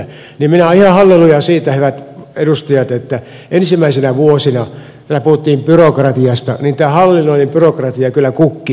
minä olen ihan hallelujaa siitä hyvät edustajat että vaikka ensimmäisinä vuosina täällä puhuttiin byrokratiasta niin tämä hallinnollinen byrokratia kyllä kukkii